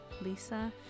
Lisa